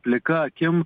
plika akim